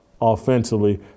offensively